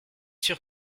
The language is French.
sûre